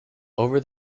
over